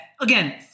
again